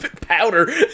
powder